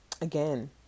Again